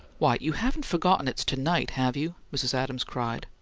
why, you haven't forgotten it's to-night, have you? mrs. adams cried.